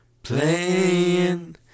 Playing